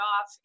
off